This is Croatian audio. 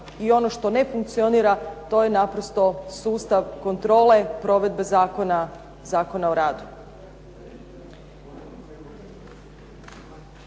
i ono što ne funkcionira, to je naprosto sustav kontrole provedbe Zakona o radu.